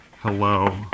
hello